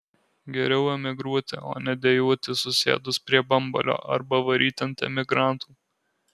geriau emigruoti o ne dejuoti susėdus prie bambalio arba varyti ant emigrantų